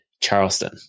Charleston